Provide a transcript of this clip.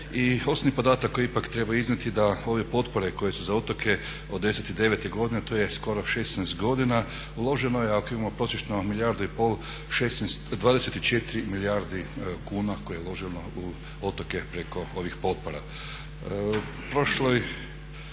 osnovni podatak koji ipak treba iznijeti da ove potpore koje su za otoke od '99. godine to je skoro 16 godina uloženo je ako imamo prosječno milijardu i pol 24 milijardi kuna koje je uloženo u otoke preko ovih potpora.